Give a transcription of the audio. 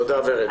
תודה, ורד.